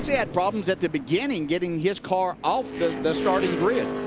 yeah had problems at the beginning getting his car off the the starting grid.